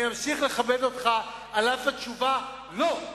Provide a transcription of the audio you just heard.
אני אמשיך לכבד אותך על אף התשובה "לא"